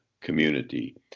community